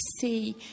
see